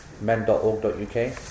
men.org.uk